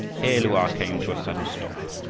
here lu-a came to a sudden stop.